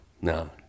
no